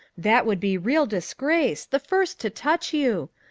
that would be real disgrace the first to touch you.